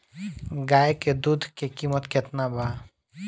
गाय के दूध के कीमत केतना बा?